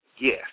Yes